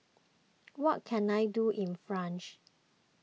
what can I do in France